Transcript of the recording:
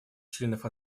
членов